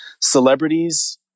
celebrities